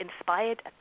inspired